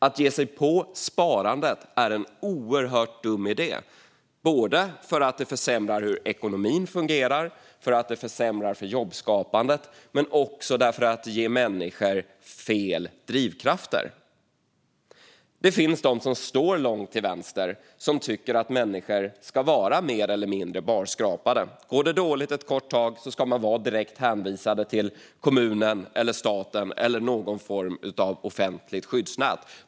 Att ge sig på sparandet är en oerhört dum idé för att det försämrar hur ekonomin fungerar, för att det försämrar för jobbskapandet och för att det ger människor fel drivkrafter. Det finns de som står långt till vänster som tycker att människor ska vara mer eller mindre barskrapade. Går det dåligt ett kort tag ska man vara direkt hänvisad till kommunen, staten eller någon form av offentligt skyddsnät.